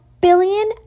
billion